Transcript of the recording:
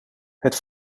het